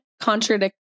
contradict